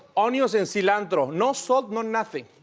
onions and cilantro, no salt, no nothing.